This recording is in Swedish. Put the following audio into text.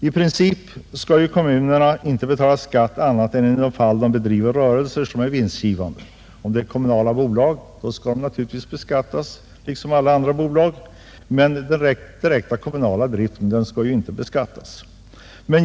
I princip skall kommunerna icke betala skatt annat än i de fall de bedriver rörelse som är vinstgivande. Kommunala bolag skall givetvis beskattas liksom alla andra bolag, men den direkta kommunala driften skall inte beskattas.